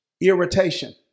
Irritation